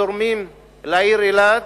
זורמים לעיר אילת,